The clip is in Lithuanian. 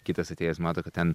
kitas atėjęs mato kad ten